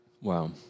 Wow